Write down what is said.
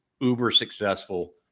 uber-successful